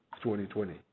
2020